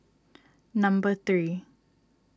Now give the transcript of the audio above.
number three